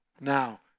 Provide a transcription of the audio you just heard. now